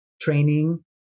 training